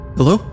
Hello